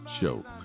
Show